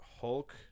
hulk